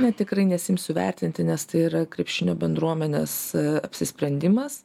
ne tikrai nesiimsiu vertinti nes tai yra krepšinio bendruomenės apsisprendimas